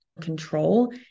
Control